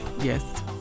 yes